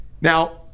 Now